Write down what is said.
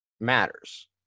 matters